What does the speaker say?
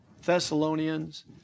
Thessalonians